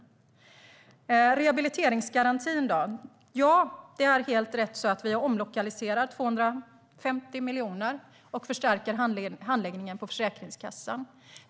Beträffande rehabiliteringsgarantin är det helt rätt att vi har omlokaliserat 250 miljoner och förstärker handläggningen på Försäkringskassan.